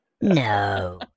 No